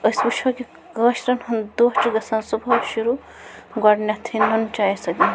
أسۍ وُچھو کہِ کٲشرٮ۪ن ہُنٛد دۄہ چھُ گژھان صُبحٲے شروٗع گۄڈٕنٮ۪تھٕے نُنہٕ چاے سۭتٮ۪ن